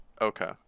Okay